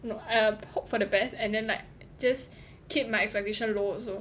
no err hope for the best and then like just keep my expectation low also